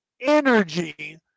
energy